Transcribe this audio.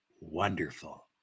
wonderful